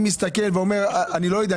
אני מסתכל ואומר אני לא יודע,